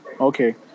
okay